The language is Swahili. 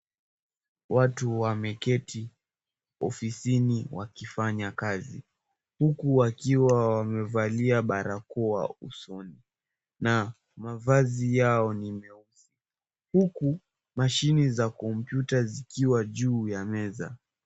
Watu wameketi ofisini wakifanya kazi, huku wakiwa wamevalia barakoa usoni na mavazi yao ni meusi huku mashini za kompyuta zikiwa juu ya meza.